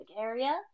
area